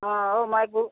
हाँ और माय घू